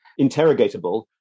interrogatable